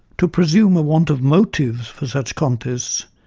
to presume a want of motives for such contests,